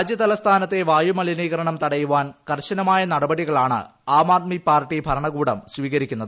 രാജ്യതലസ്ഥാനത്തെ വായു മലിനീകരണം തടയാൻ കർശന നടപടികളാണ് ആം ആദ്മി പാർട്ടി ഭരണകൂടം സ്വീകരിക്കുന്നത്